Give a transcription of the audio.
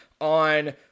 on